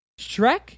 Shrek